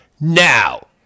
now